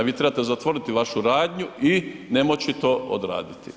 Vi trebate zatvoriti vašu radnju i nemoći to odraditi.